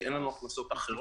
כי אין לנו הכנסות אחרות.